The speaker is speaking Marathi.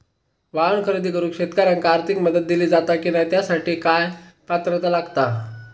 वाहन खरेदी करूक शेतकऱ्यांका आर्थिक मदत दिली जाता की नाय आणि त्यासाठी काय पात्रता लागता?